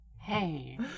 Hey